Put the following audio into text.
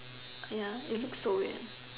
ya it looks so weird